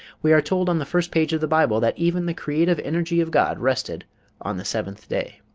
we are told on the first page of the bible that even the creative energy of god rested on the seventh day.